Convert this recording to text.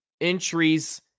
entries